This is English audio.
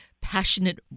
passionate